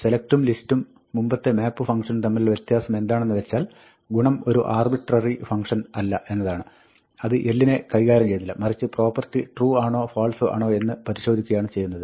select ഉം നമ്മുടെ മുമ്പത്തെ map ഫംങ്ക്ഷനും തമ്മിലുള്ള വ്യത്യാസം എന്താണെന്ന് വെച്ചാൽ ഗുണം ഒരു ആർബിട്രറി ഫംങ്ക്ഷൻ അല്ല എന്നതാണ് അത് l നെ കൈകാര്യം ചെയ്യുന്നില്ല മറിച്ച് പ്രോപ്പർട്ടി ട്രൂ ആണോ ഫാൾസ് ആണോ എന്ന് പരിശോധിക്കുകയാണ് ചെയ്യുന്നത്